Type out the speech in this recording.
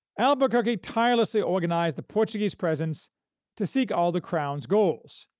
albuquerque tirelessly organized the portuguese presence to seek all the crown's goals,